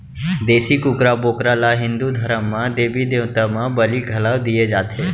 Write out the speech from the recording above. देसी कुकरा, बोकरा ल हिंदू धरम म देबी देवता म बली घलौ दिये जाथे